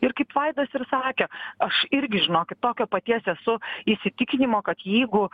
ir kaip vaidas ir sakė aš irgi žinokit tokio paties esu įsitikinimo kad jeigu